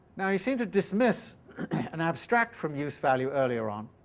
now he seems to dismiss and abstract from use-value earlier on.